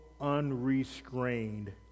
unrestrained